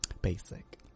Basic